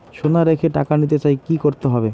সোনা রেখে টাকা নিতে চাই কি করতে হবে?